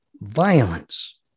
violence